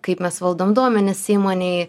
kaip mes valdom duomenis įmonėj